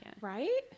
Right